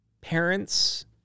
parents